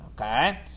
Okay